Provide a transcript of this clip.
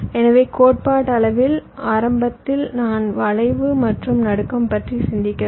எனவே கோட்பாட்டளவில் ஆரம்பத்தில் நான் வளைவு மற்றும் நடுக்கம் பற்றி சிந்திக்கவில்லை